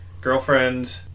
girlfriend